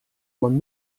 man